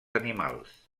animals